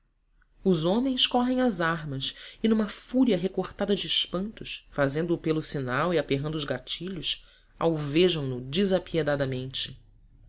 os homens correm às armas e numa fúria recortada de espantos fazendo o pelo sinal e aperrando os gatilhos alvejam no desapiedadamente não